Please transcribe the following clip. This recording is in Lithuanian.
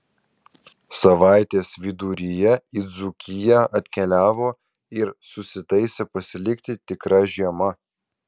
savaitės viduryje į dzūkiją atkeliavo ir susitaisė pasilikti tikra žiema